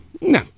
No